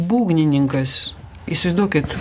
būgnininkas įsivaizduokit